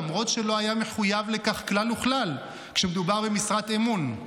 למרות שלא היה מחויב לכך כלל וכלל כשמדובר במשרת אמון.